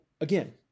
again